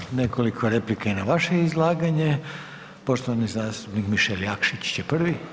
Imamo nekoliko replika na vaše izlaganje, poštovani zastupnik Mišel Jakšić će prvi.